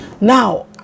Now